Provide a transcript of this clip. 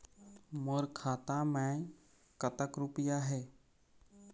मोर खाता मैं कतक रुपया हे?